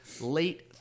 late